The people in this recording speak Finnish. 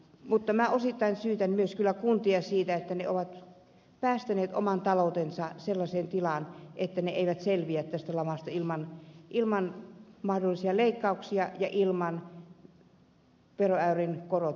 mutta minä osittain syytän myös kuntia siitä että ne ovat päästäneet oman taloutensa sellaiseen tilaan että ne mahdollisesti eivät selviä tästä lamasta ilman leikkauksia ja ilman veroprosentin korotusta